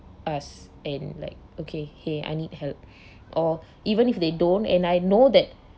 us and like okay !hey! I need help or even if they don't and I know that